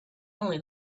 only